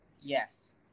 yes